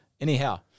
Anyhow